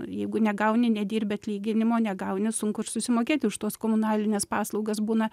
jeigu negauni nedirbi atlyginimo negauni sunku ir susimokėti už tuos komunalines paslaugas būna